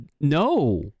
No